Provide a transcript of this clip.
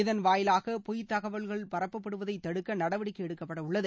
இதன் வாயிலாக பொய்த்தகவல்கள் பரப்பப்படுவதை தடுக்க நடவடிக்கை எடுக்கப்படவுள்ளது